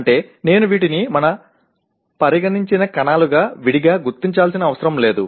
అంటే నేను వీటిని మన పరిగణించిన కణాలుగా విడిగా గుర్తించాల్సిన అవసరం లేదు